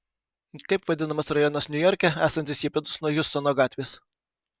kaip vadinamas rajonas niujorke esantis į pietus nuo hjustono gatvės